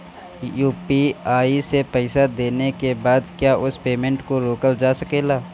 UPI से पईसा देने के बाद क्या उस पेमेंट को रोकल जा सकेला?